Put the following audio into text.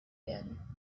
werden